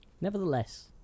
nevertheless